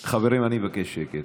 חברים, אני מבקש שקט.